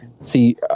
See